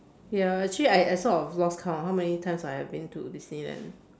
ya actually I I have sort of lost count how many times I have been to disneyland